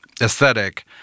aesthetic